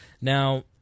Now